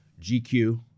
gq